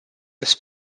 this